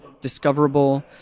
discoverable